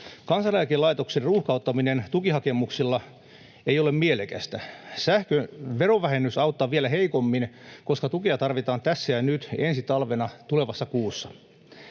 Kansaneläkelaitoksen ruuhkauttaminen tukihakemuksilla ei ole mielekästä. Sähkön verovähennys auttaa vielä heikommin, koska tukea tarvitaan tässä ja nyt — ensi talvena, tulevassa kuussa.